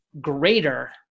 greater